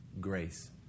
grace